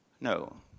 No